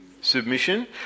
submission